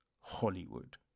Hollywood